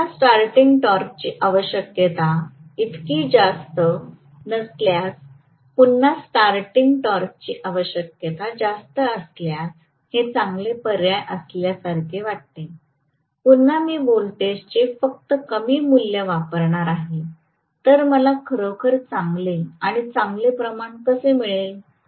पुन्हा स्टार्टींग टॉर्कची आवश्यकता इतकी जास्त नसल्यास पुन्हा स्टार्टींग टॉर्कची आवश्यकता जास्त असल्यास हे चांगले पर्याय असल्यासारखे वाटते पुन्हा मी व्होल्टेजचे फक्त कमी मूल्य वापरत आहे तर मला खरोखर चांगले किंवा चांगले प्रमाण कसे मिळेल